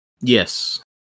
Yes